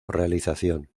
realización